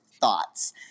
thoughts